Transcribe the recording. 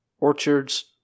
orchards